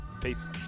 peace